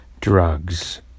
drugs